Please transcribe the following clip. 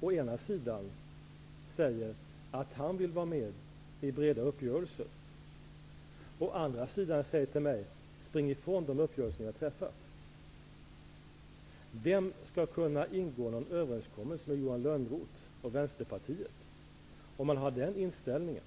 Å ena sidan säger han att han vill vara med i breda uppgörelser, och å andra sidan säger han till mig: Spring ifrån de uppgörelser ni har träffat! Vem skall kunna ingå någon överenskommelse med Johan Lönnroth och Vänsterpartiet om ni har den inställningen?